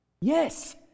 Yes